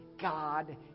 God